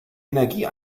energie